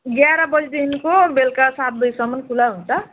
एघार बजीदेखिको बेलुका सात बजीसम्म खुला हुन्छ